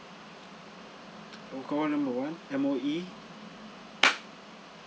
call number one M_O_E